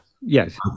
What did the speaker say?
Yes